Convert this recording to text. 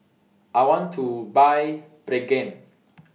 I want to Buy Pregain